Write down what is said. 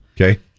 Okay